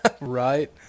Right